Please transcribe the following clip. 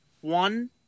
One